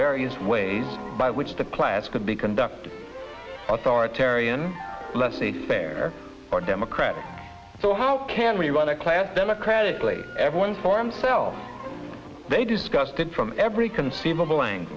various ways by which the class could be conducted authoritarian less safe pair or democratic so how can we run a class democratically everyone for themselves they discussed it from every conceivable an